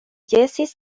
jesis